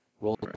Roll